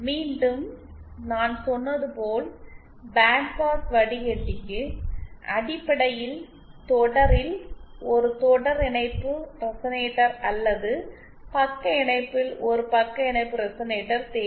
மீண்டும் நான் சொன்னது போல் பேண்ட் பாஸ் வடிகட்டிக்கு அடிப்படையில் தொடரில் ஒரு தொடர் இணைப்பு ரெசனேட்டர் அல்லது பக்க இணைப்பில் ஒரு பக்க இணைப்பு ரெசனேட்டர் தேவை